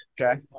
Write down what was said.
okay